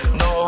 no